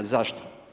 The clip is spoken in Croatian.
Zašto?